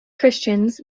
christians